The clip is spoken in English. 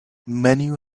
menu